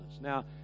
Now